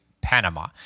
Panama